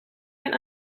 mijn